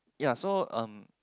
ya so um